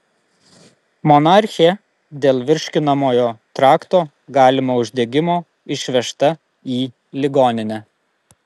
monarchė dėl virškinamojo trakto galimo uždegimo išvežta į ligoninę